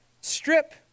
strip